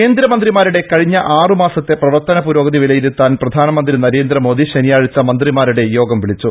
കേന്ദ്രമന്ത്രിമാരുടെ കഴിഞ്ഞ ആറുമാസത്തെ പ്രവർത്തന പുരോഗതി വിലയിരുത്താൻ പ്രധാനമന്ത്രി നരേന്ദ്രമോദി ശനിയാഴ്ച മന്ത്രിമാരുടെ യോഗം വിളിച്ചു